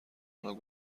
آنها